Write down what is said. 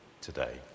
today